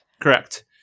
Correct